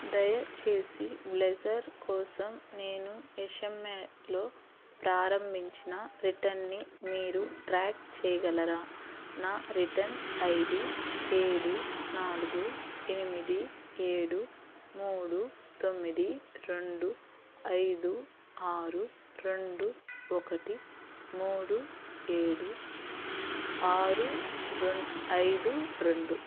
దయచేసి బ్లేజర్ కోసం నేను ఎష్ఎంఏలో ప్రారంభించిన రిటర్న్ని మీరు ట్రాక్ చేయగలరా నా రిటన్ ఐడి ఏడు నాలుగు ఎనిమిది ఏడు మూడు తొమ్మిది రెండు ఐదు ఆరు రెండు ఒకటి మూడు ఏడు ఆరు రె ఐదు రెండు